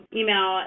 email